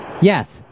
Yes